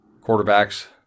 quarterbacks